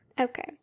Okay